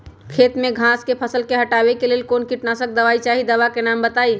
खेत में घास के फसल से हटावे के लेल कौन किटनाशक दवाई चाहि दवा का नाम बताआई?